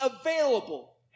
available